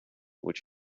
which